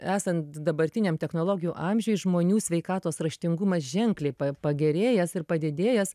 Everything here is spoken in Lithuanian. esant dabartiniam technologijų amžiui žmonių sveikatos raštingumas ženkliai pagerėjęs ir padidėjęs